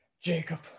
Jacob